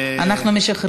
וכעת אנחנו עוברים